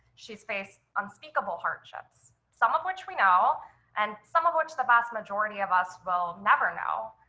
she's faced unspeakable hardships, some of which we know and some of which the vast majority of us will never know.